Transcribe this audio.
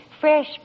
fresh